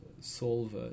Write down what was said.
solve